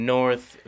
North